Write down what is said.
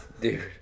dude